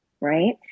right